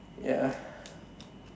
ya